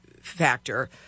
factor